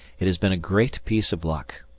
it has been a great piece of luck.